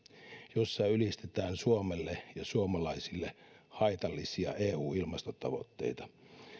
jossa ylistetään suomelle ja suomalaisille haitallisia eun ilmastotavoitteita